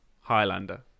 Highlander